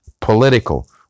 political